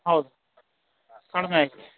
ಹೌದು ಕಡಿಮೆ ಆಯಿತು